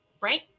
right